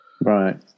Right